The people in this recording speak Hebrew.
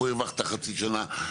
פה הרווחת חצי שנה,